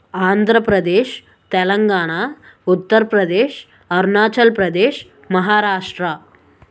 Andhra Pradesh Telangana Uttar Pradesh Arunachal Pradesh Maharashtra